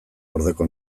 gordeko